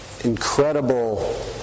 incredible